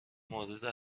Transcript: مورد